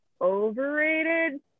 overrated